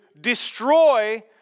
destroy